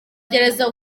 gereza